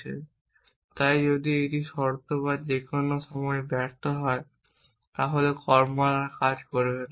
এটি তাই যদি শর্ত যে কোন সময় ব্যর্থ হয় তাহলে কর্ম আর কাজ করবে না